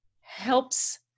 helps